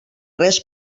res